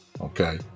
Okay